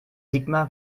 sigmar